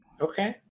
Okay